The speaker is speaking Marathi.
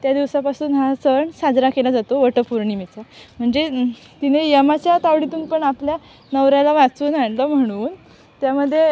त्या दिवसापासून हा सण साजरा केला जातो वटपौर्णिमेचा म्हणजे तिने यमाच्या तावडीतून पण आपल्या नवऱ्याला वाचवून आणलं म्हणून त्यामध्ये